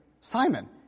Simon